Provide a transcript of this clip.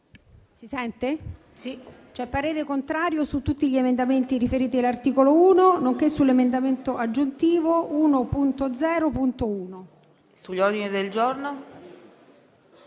Presidente, esprimo parere contrario su tutti gli emendamenti riferiti all'articolo 1, nonché sull'emendamento aggiuntivo 1.0.1. Sugli ordini del giorno,